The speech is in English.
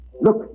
Look